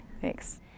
Thanks